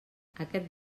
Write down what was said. aquest